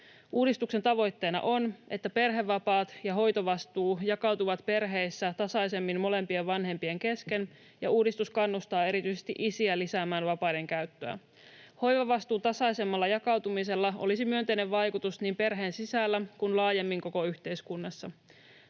Uudistuksen tavoitteena on, että perhevapaat ja hoitovastuu jakautuvat perheissä tasaisemmin molempien vanhempien kesken, ja uudistus kannustaa erityisesti isiä lisäämään vapaiden käyttöä. Hoivavastuun tasaisemmalla jakautumisella olisi myönteinen vaikutus niin perheen sisällä kuin laajemmin koko yhteiskunnassa.